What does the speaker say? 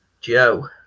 Joe